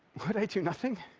would i do nothing?